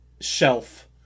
shelf